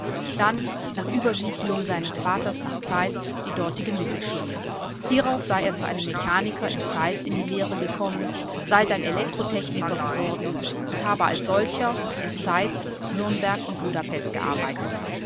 dann nach übersiedelung lung seines vaters nach zeitz die dortige mittelschule hierauf sei er zu einem mechaniker in zeitz in die lehre gekommen sei dann